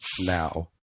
Now